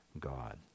God